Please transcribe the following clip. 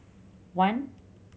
one